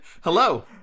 Hello